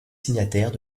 signataires